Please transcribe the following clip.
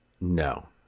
No